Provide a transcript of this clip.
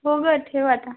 हो गं ठेव आता